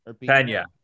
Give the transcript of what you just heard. Pena